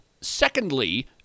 Secondly